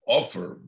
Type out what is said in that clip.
offer